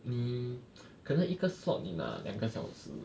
你可能一个 slot 你拿两个小时